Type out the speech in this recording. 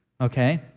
Okay